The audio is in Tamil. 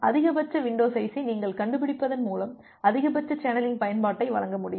அதிகபட்ச வின்டோ சைஸை நீங்கள் கண்டுபிடிப்பதன் மூலம் அதிகபட்ச சேனலின் பயன்பாட்டை வழங்க முடியும்